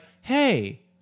Hey